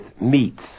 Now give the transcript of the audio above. meats